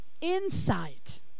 insight